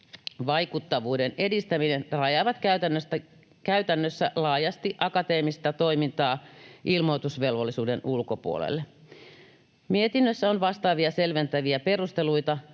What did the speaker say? vaikuttavuuden edistäminen, rajaavat käytännössä laajasti akateemista toimintaa ilmoitusvelvollisuuden ulkopuolelle. Mietinnössä on vastaavia selventäviä perusteluita